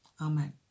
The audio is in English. Amen